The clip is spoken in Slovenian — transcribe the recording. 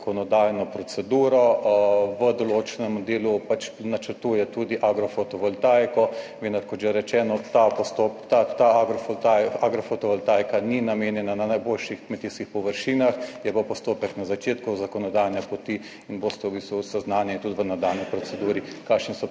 zakonodajno proceduro. V določenem delu pač načrtuje tudi agrofotovoltaiko, vendar kot že rečeno, ta postopek agrofotovoltaike ni namenjena na najboljših kmetijskih površinah. Je pa postopek na začetku zakonodajne poti in boste v bistvu seznanjeni tudi v nadaljnji proceduri kakšni so